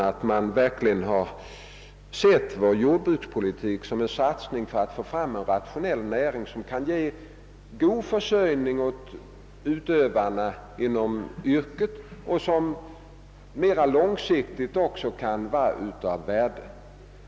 Vi har verkligen sett vår jordbrukspolitik som en satsning för att åstadkomma en rationell näring, som kan ge god försörjning åt utövarna av yrket och som också kan ha ett mera långsiktigt värde.